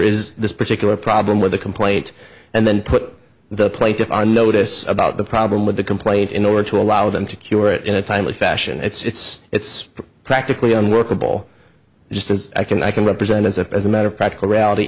is this particular problem with a complaint and then put the plaintiff on notice about the problem with the complaint in order to allow them to cure it in a timely fashion it's it's practically unworkable just as i can i can represent as a as a matter of practical reality